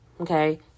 okay